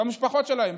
במשפחות שלהם,